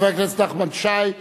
חבר הכנסת נחמן שי,